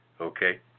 Okay